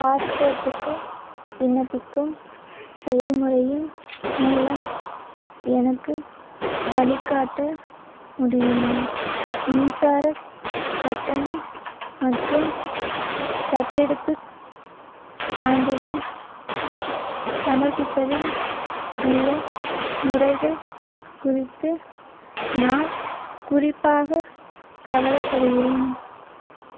பாஸ்போர்ட்டுக்கு விண்ணப்பிக்கும் செயல்முறையின் மூலம் எனக்கு வழிகாட்ட முடியுமா மின்சாரக் கட்டணம் மற்றும் தத்தெடுப்புச் சான்றிதழ் சமர்ப்பிப்பதில் உள்ள முறைகள் குறித்து நான் குறிப்பாக கவலைப்படுகிறேன்